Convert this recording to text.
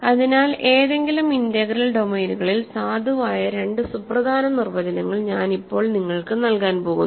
അതിനാൽ ഏതെങ്കിലും ഇന്റഗ്രൽ ഡൊമെയ്നുകളിൽ സാധുവായ രണ്ട് സുപ്രധാന നിർവചനങ്ങൾ ഞാൻ ഇപ്പോൾ നിങ്ങൾക്ക് നൽകാൻ പോകുന്നു